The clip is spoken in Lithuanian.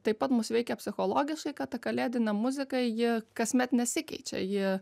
taip pat mus veikia psichologiškai kad ta kalėdinė muzika ji kasmet nesikeičia ji